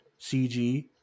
CG